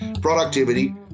Productivity